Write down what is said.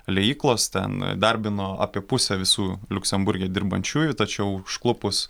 liejyklos ten įdarbino apie pusę visų liuksemburge dirbančiųjų tačiau užklupus